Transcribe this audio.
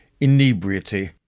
inebriety